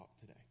today